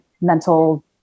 Mental